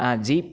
jeep